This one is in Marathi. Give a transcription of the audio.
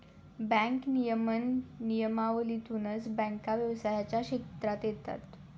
बँक नियमन नियमावलीतूनच बँका व्यवसायाच्या क्षेत्रात येतात